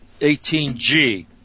18G